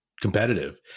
competitive